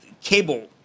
cable